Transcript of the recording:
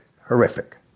Horrific